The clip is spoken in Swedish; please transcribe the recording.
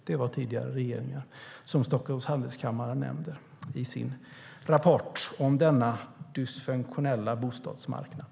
Det var tidigare regeringar som Stockholms Handelskammare menade i sin rapport om denna dysfunktionella bostadsmarknad.